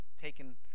taken